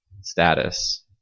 status